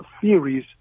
theories